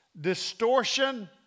distortion